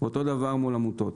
אותו דבר מול עמותות,